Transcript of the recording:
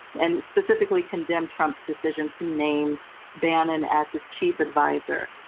and specifically condemn trump's decision to name bannon as his chief advisor.